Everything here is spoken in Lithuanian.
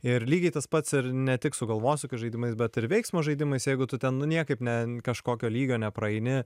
ir lygiai tas pats ir ne tik su galvosūkio žaidimais bet ir veiksmo žaidimais jeigu tu ten nu niekaip ne kažkokio lygio nepraeini